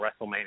WrestleMania